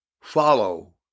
follow